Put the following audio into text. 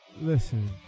Listen